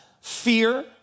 fear